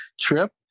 trip